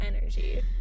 energy